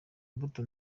imbuto